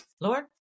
Lord